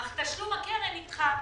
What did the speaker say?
אך תשלום הקרן נדחה,